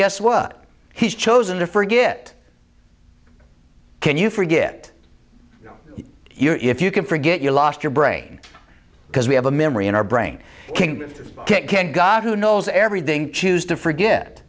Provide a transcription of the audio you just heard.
guess what he's chosen to forgive it can you forget your if you can forget you lost your brain because we have a memory in our brain can god who knows everything choose to forget